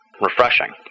refreshing